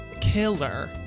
killer